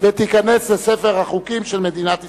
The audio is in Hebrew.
ותיכנס לספר החוקים של מדינת ישראל.